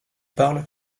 parle